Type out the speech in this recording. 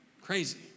Crazy